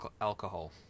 alcohol